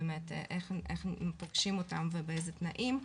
איך הם פוגשים אותם ובאיזה תנאים.